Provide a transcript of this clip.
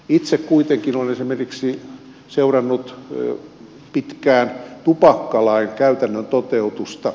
itse kuitenkin olen esimerkiksi seurannut pitkään tupakkalain käytännön toteutusta